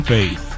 Faith